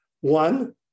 one